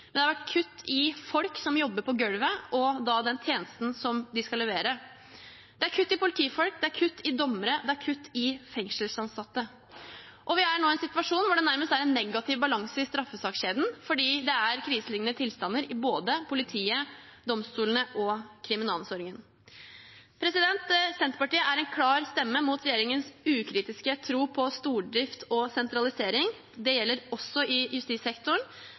men det har vært kutt i folk som jobber på gulvet – og da i den tjenesten de skal levere. Det er kutt i antall politifolk, dommere og fengselsansatte. Vi er nå i en situasjon hvor det nærmest er en negativ balanse i straffesakskjeden fordi det er kriseliknende tilstander i både politiet, domstolene og kriminalomsorgen. Senterpartiet er en klar stemme mot regjeringens ukritiske tro på stordrift og sentralisering. Det gjelder også i justissektoren.